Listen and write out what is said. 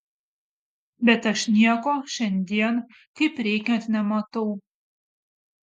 bet aš nieko šiandien kaip reikiant nematau